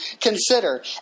consider